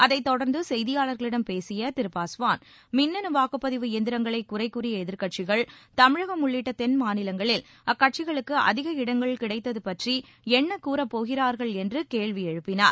அதைத் தொடர்ந்து செய்தியாளர்களிடம் பேசிய திரு பாஸ்வான் மின்னனு வாக்குப்பதிவு இயந்திரங்களை குறைகூறிய எதிர்க்கட்சிகள் தமிழகம் உள்ளிட்ட தென்மாநிலங்களில் அக்கட்சிகளுக்கு அதிக இடங்கள் கிடைத்தது பற்றி என்ன கூறப்போகிறார்கள் என்று கேள்வி எழுப்பினார்